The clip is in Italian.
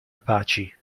apache